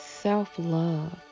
Self-Love